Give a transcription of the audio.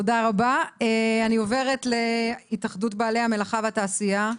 אני עוברת להתאחדות בעלי המלאכה והתעשייה.